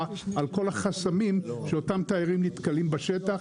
על כל החסמים שאותם תיירים נתקלים בשטח.